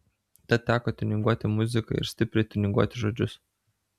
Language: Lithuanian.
tad teko tiuninguoti muziką ir stipriai tiuninguoti žodžius